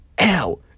ow